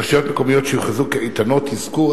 רשויות מקומיות שיוכרזו כאיתנות יזכו,